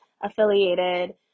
Affiliated